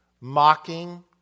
Mocking